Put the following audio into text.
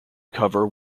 cover